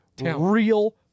real